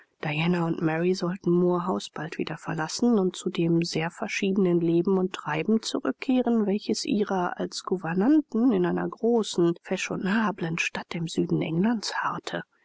und mary sollten moor house bald wieder verlassen und zu dem sehr verschiedenen leben und treiben zurückkehren welches ihrer als gouvernanten in einer großen fashionablen stadt im süden englands harrte